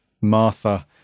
Martha